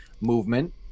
Movement